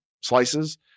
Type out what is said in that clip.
slices